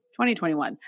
2021